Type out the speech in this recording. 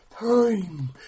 Time